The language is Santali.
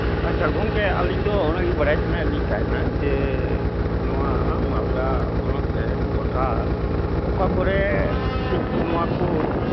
ᱟᱪᱪᱷᱟ ᱜᱚᱢᱠᱮ ᱟᱹᱞᱤᱧ ᱫᱚ ᱚᱱᱟᱜᱮ ᱵᱟᱰᱟᱭ ᱥᱟᱱᱟᱭᱮᱫ ᱞᱤᱧ ᱛᱟᱦᱮᱱᱟ ᱡᱮ ᱱᱚᱣᱟ ᱢᱟᱞᱫᱟ ᱦᱚᱱᱚᱛ ᱨᱮ ᱜᱚᱴᱟ ᱚᱠᱟ ᱠᱚᱨᱮ ᱴᱷᱤᱠ ᱱᱚᱣᱟ ᱠᱚ